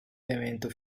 elemento